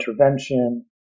intervention